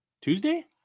Tuesday